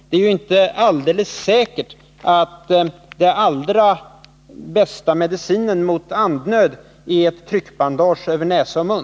Det är ju inte alldeles säkert att det bästa medlet mot andnöd är ett tryckförband över näsa och mun.